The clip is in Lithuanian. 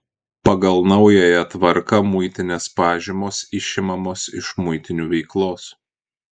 pagal naująją tvarką muitinės pažymos išimamos iš muitinių veiklos